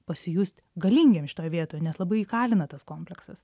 pasijust galingiem šitoj vietoj nes labai įkalina tas komplektas